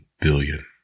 billion